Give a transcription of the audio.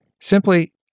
Simply